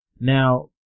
Now